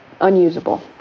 unusable